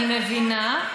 אני מבינה,